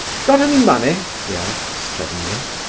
got any money? he asked, suddenly.